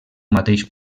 mateix